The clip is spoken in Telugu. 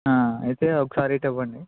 అయితే ఒకసారి ఇటు ఇవ్వండి